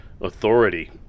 authority